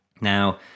Now